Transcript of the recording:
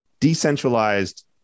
Decentralized